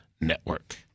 network